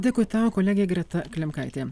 dėkui tau kolegė greta klimkaitė